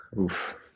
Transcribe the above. Oof